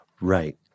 Right